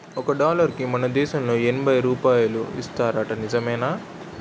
ఒక డాలరుకి మన దేశంలో ఎనబై రూపాయలు ఇస్తారట నిజమేనా